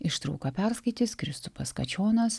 ištrauką perskaitys kristupas kačionas